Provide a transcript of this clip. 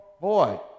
boy